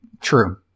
true